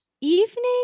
Evening